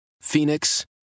Phoenix